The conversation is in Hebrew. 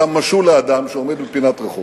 אתה משול לאדם שעומד בפינת רחוב,